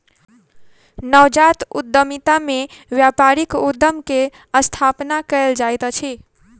नवजात उद्यमिता में व्यापारिक उद्यम के स्थापना कयल जाइत अछि